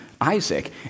Isaac